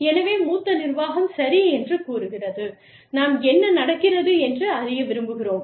எனவே மூத்த நிர்வாகம் சரி என்று கூறுகிறது நாம் என்ன நடக்கிறது என்று அறிய விரும்புகிறோம்